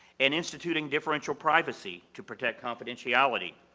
and instituting differential privacy to protect confidentiality.